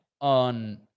on